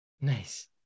Nice